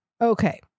Okay